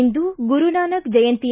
ಇಂದು Guru Nanak ಜಯಂತಿ